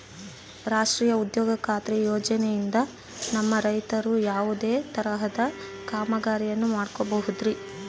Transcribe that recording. ರಾಷ್ಟ್ರೇಯ ಉದ್ಯೋಗ ಖಾತ್ರಿ ಯೋಜನೆಯಿಂದ ನಮ್ಮ ರೈತರು ಯಾವುದೇ ತರಹದ ಕಾಮಗಾರಿಯನ್ನು ಮಾಡ್ಕೋಬಹುದ್ರಿ?